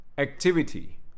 Activity